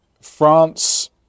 France